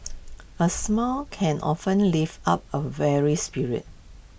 A smile can often lift up A weary spirit